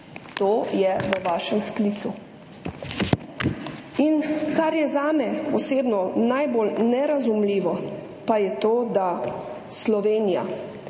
To je v vašem sklicu. In kar je zame osebno najbolj nerazumljivo pa je to, da Slovenija,